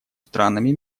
странами